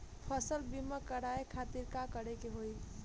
फसल बीमा करवाए खातिर का करे के होई?